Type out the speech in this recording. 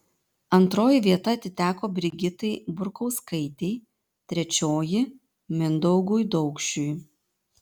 antroji vieta atiteko brigitai burkauskaitei trečioji mindaugui daukšiui